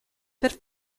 per